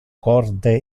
corde